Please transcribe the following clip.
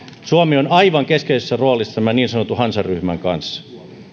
suomi on aivan keskeisessä roolissa tämän niin sanotun hansaryhmän kanssa